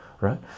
right